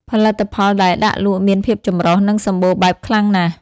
ផលិតផលដែលដាក់លក់មានភាពចម្រុះ និងសំបូរបែបខ្លាំងណាស់។